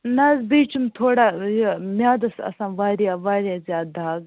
نَہ حظ بیٚیہِ چھُم تھوڑا یہِ میادس آسان واریاہ واریاہ زیادٕ دَگ